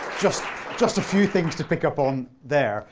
just just a few things to pick up on there